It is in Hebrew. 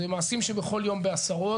זה מעשים שבכל יום ובעשרות,